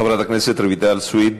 חברת הכנסת רויטל סויד.